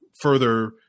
further